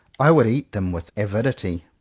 i would eat them with avidity.